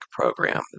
program